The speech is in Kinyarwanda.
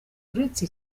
uretse